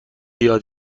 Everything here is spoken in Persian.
یاد